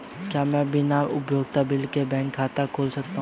क्या मैं बिना उपयोगिता बिल के बैंक खाता खोल सकता हूँ?